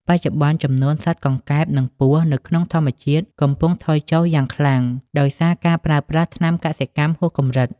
បច្ចុប្បន្ន ចំនួនសត្វកង្កែប និងពស់នៅក្នុងធម្មជាតិកំពុងថយចុះយ៉ាងខ្លាំង ដោយសារការប្រើប្រាស់ថ្នាំកសិកម្មហួសកម្រិត។